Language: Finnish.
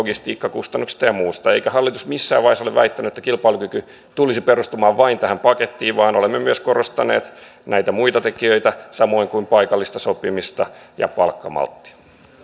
logistiikkakustannuksista ja muusta eikä hallitus missään vaiheessa ole väittänyt että kilpailukyky tulisi perustumaan vain tähän pakettiin vaan olemme myös korostaneet näitä muita tekijöitä samoin kuin paikallista sopimista ja palkkamalttia